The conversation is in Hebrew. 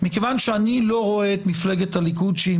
מכיוון שאני לא רואה את מפלגת הליכוד שהיא